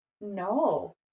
no